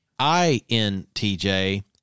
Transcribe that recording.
INTJ